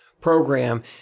program